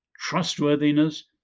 trustworthiness